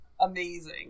Amazing